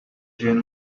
jean